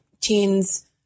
teens